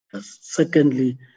Secondly